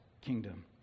kingdom